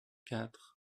quatre